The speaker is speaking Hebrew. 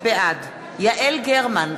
בעד יעל גרמן,